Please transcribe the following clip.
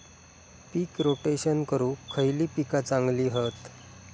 पीक rotation करूक खयली पीका चांगली हत?